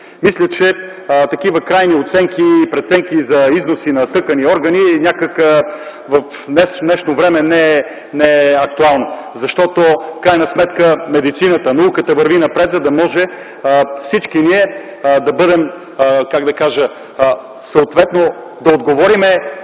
Мисля, че такива крайни оценки и преценки за износ на тъкани и органи в днешно време не са актуални. Защото в крайна сметка медицината, науката върви напред, за да можем всички ние съответно да отговорим